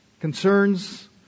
Concerns